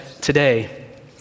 today